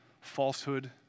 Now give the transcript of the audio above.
falsehood